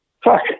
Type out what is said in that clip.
Fuck